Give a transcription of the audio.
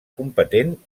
competent